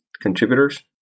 contributors